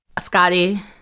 Scotty